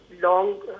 long